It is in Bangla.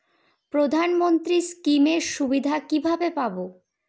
প্রধানমন্ত্রী স্কীম এর সুবিধা কিভাবে পাবো?